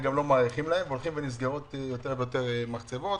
מאריכים להן והולכות ונסגרות יותר ויותר מחצבות.